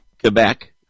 Quebec